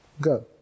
Go